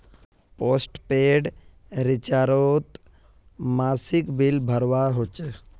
postpaid रिचार्जोत मासिक bill भरवा होचे